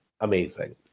amazing